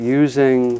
using